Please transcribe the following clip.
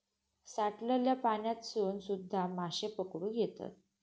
साठलल्या पाण्यातसून सुध्दा माशे पकडुक येतत